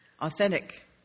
authentic